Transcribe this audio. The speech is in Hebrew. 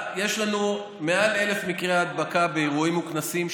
יש לנו מעל 1,000 מקרי הדבקה באירועים וכנסים,